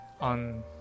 on